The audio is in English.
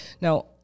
Now